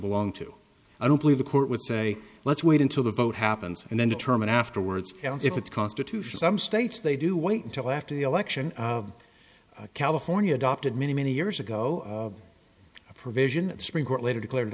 belong to i don't believe the court would say let's wait until the vote happens and then determine afterwards if it's constitutional some states they do wait until after the election california adopted many many years ago a provision the supreme court later declared